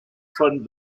von